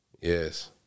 Yes